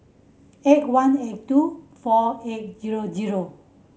eight one eight two four eight zero zero